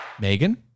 Megan